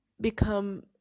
become